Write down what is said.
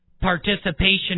participation